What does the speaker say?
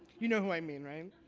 you know who i mean, right?